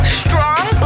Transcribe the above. strong